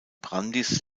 brandis